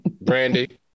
Brandy